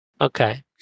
Okay